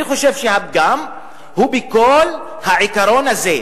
אני חושב שהפגם הוא בכל העיקרון הזה,